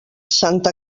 santa